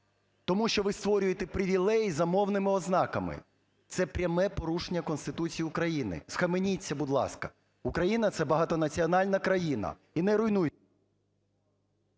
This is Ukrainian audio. тому що ви створюєте привілеї за мовними ознаками. Це – пряме порушення Конституції України. Схаменіться, будь ласка! Україна – це багато національна країна, і не руйнуйте…